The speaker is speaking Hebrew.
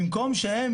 במקום שהם